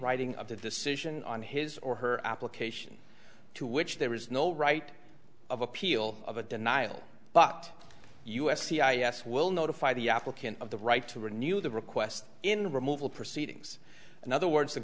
writing of the decision on his or her application to which there is no right of appeal of a denial but us c i s will notify the applicant of the right to renew the request in removal proceedings in other words the